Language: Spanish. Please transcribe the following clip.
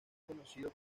conocido